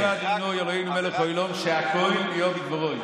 ברוך אתה ה' אלוהינו מלך העולם שהכול נהיה בדברו.